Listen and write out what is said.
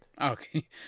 Okay